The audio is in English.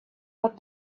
but